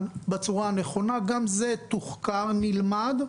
גם זה תוחקר ונלמד,